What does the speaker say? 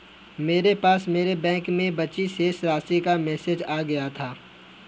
मेरे पास मेरे बैंक में बची शेष राशि का मेसेज आ गया था